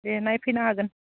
दे नायफैनो हागोन